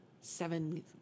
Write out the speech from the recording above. seven